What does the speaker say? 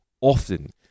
often